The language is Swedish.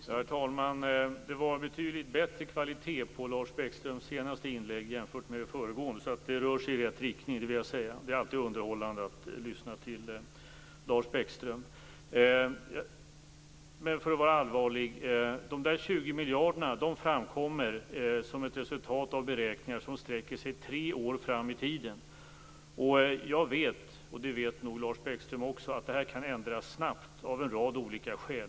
Herr talman! Det var betydligt bättre kvalitet på Lars Bäckströms senaste inlägg jämfört med det föregående. Det rör sig i rätt riktning. Det är alltid underhållande att lyssna till Lars Bäckström. De 20 miljarderna framkommer av beräkningar som sträcker sig tre år framåt i tiden. Jag vet att det kan ändras snabbt av en rad olika skäl, och det vet nog Lars Bäckström också.